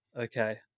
okay